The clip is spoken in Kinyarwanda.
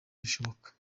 rushoboka